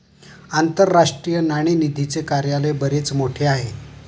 आंतरराष्ट्रीय नाणेनिधीचे कार्यालय बरेच मोठे आहे